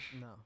No